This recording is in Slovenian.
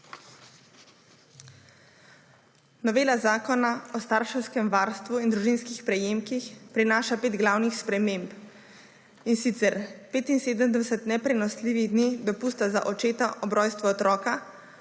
Novela Zakona o starševskem varstvu in družinskih prejemkih prinaša pet glavnih sprememb. In sicer, 75 neprenosljivih dni dopusta za očeta ob rojstvu otroka